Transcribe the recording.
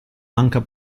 manca